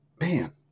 man